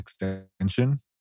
extension